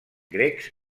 grecs